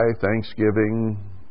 Thanksgiving